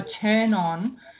turn-on